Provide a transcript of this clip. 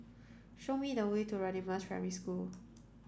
show me the way to Radin Mas Primary School